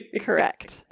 Correct